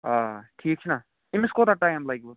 آ ٹھیٖک چھُناہ أمِس کوتاہ ٹایِم لَگوٕ